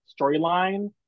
storyline